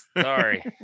sorry